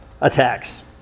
attacks